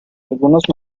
algunos